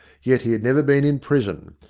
yet he had never been in prison.